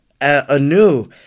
anew